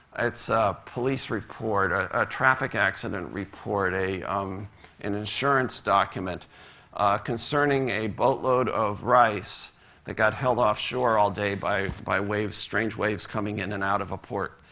it's a police report, a traffic accident report, um an insurance document concerning a boatload of rice that got held offshore all day by by waves strange waves coming in and out of a port.